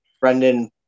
Brendan